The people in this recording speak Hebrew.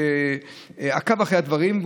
שעקב אחרי הדברים,